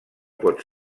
pot